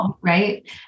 Right